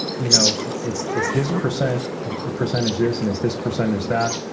you know it's it's this percentage percentage this, and it's this percentage that.